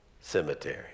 cemetery